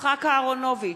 יצחק אהרונוביץ,